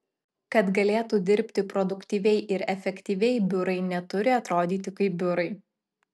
kad galėtų dirbti produktyviai ir efektyviai biurai neturi atrodyti kaip biurai